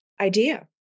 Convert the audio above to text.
idea